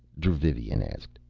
dravivian asked.